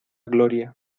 gloria